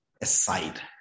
aside